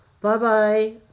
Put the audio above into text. Bye-bye